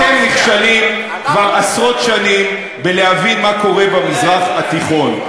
אתם נכשלים כבר עשרות שנים בלהבין מה קורה במזרח התיכון.